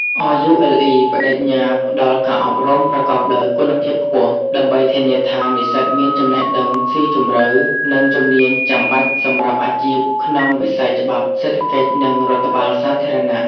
RULE ប្តេជ្ញាផ្តល់ការអប់រំប្រកបដោយគុណភាពខ្ពស់ ដើម្បីធានាថានិស្សិតមានចំណេះដឹងស៊ីជម្រៅ និងជំនាញចាំបាច់សម្រាប់អាជីពក្នុងវិស័យច្បាប់ សេដ្ឋកិច្ច និងរដ្ឋបាលសាធារណៈ។